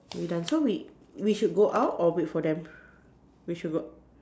we done so we we should go out or wait for them we should go out